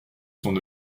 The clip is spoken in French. son